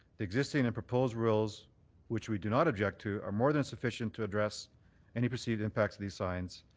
the existing and proposed rules which we do not object to are more than sufficient to address any perceived impact of these signs.